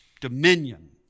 dominion